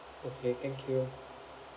okay thank you